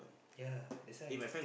ya that's why